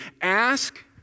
ask